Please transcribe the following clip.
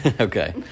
Okay